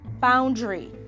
boundary